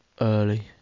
early